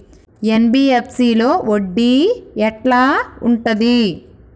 NBFC లో వడ్డీ ఎట్లా ఉంటది?